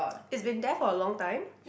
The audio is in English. it's been there for a long time